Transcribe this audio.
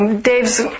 Dave's